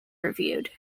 reviewed